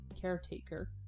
caretaker